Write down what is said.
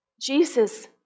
Jesus